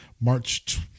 March